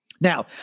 Now